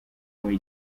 muri